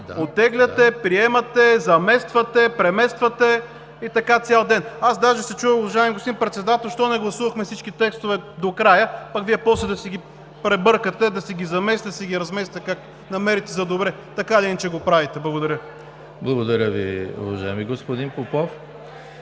оттегляте, приемате, замествате, премествате, и така цял ден. Даже се чудя, уважаеми господин Председател, защо не гласувахме всички текстове до края, пък Вие после да си ги пребъркате, да си ги заместите, да си ги разместите както намерите за добре – така или иначе го правите. Благодаря. ПРЕДСЕДАТЕЛ ЕМИЛ ХРИСТОВ: Благодаря Ви, уважаеми господин Попов.